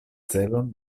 celon